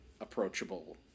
approachable